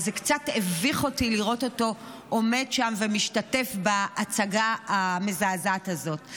אז זה קצת הביך אותי לראות אותו עומד שם ומשתתף בהצגה המזעזעת הזאת.